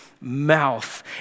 mouth